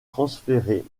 transférée